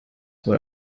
what